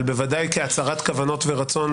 בוודאי כהצהרת כוונות ורצון,